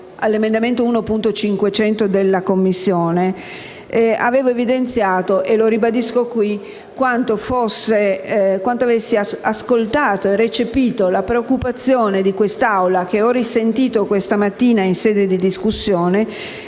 all'emendamento 1.1500 della Commissione, avevo evidenziato - e lo ribadisco qui - quanto avessi ascoltato e recepito la preoccupazione di quest'Assemblea, che ho sentito di nuovo questa mattina in sede di discussione,